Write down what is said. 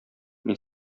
мин